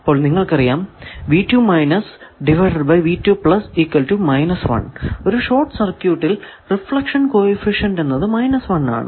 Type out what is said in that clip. അപ്പോൾ നിങ്ങൾക്കറിയാം ഒരു ഷോർട് സർക്യൂട്ടിൽ റിഫ്ലക്ഷൻ കോ എഫിഷ്യന്റ് എന്നത് 1 ആണ്